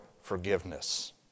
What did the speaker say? forgiveness